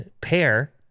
pair